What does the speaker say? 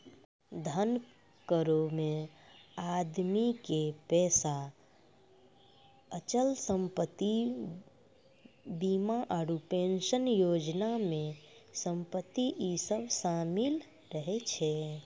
धन करो मे आदमी के पैसा, अचल संपत्ति, बीमा आरु पेंशन योजना मे संपत्ति इ सभ शामिल रहै छै